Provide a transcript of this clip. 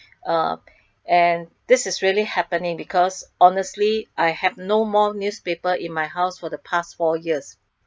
uh and this is really happening because honestly I have no more newspaper in my house for the past four years